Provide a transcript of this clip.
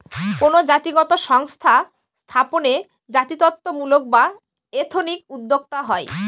কোনো জাতিগত সংস্থা স্থাপনে জাতিত্বমূলক বা এথনিক উদ্যোক্তা হয়